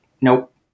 Nope